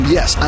Yes